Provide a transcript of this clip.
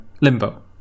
Limbo